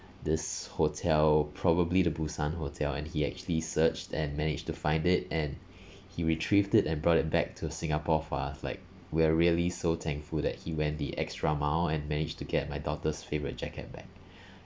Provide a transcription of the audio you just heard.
this hotel probably the busan hotel and he actually searched and managed to find it and he retrieved it and brought it back to singapore for us like we're really so thankful that he went the extra mile and managed to get my daughter's favourite jacket back